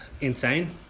Insane